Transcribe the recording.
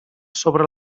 sobre